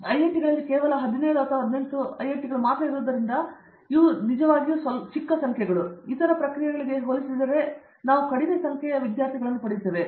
ಹಾಗಾಗಿ ಐಐಟಿಗಳಲ್ಲಿ ಕೇವಲ 17 ಅಥವಾ 18 ಐಐಟಿಗಳು ಮಾತ್ರ ಇರುವುದರಿಂದ ಅವು ನಿಜವಾಗಿಯೂ ಕಿರಿದಾಗಿದ್ದು ಇತರ ಪ್ರಕ್ರಿಯೆಗಳಿಗೆ ಹೋಲಿಸಿದರೆ ನಾವು ಕಡಿಮೆ ಸಂಖ್ಯೆಯ ವಿದ್ಯಾರ್ಥಿಗಳನ್ನು ಪಡೆಯುತ್ತೇವೆ